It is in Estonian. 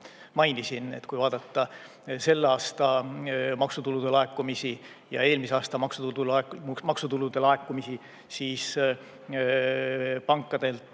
mainisin, et kui vaadata selle aasta maksutulude laekumisi ja eelmise aasta maksutulude laekumisi, siis pankade